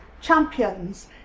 champions